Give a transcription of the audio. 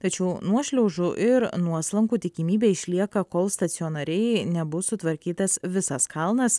tačiau nuošliaužų ir nuoslankų tikimybė išlieka kol stacionariai nebus sutvarkytas visas kalnas